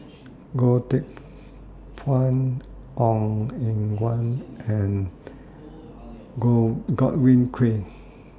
Goh Teck Phuan Ong Eng Guan and Go Godwin Koay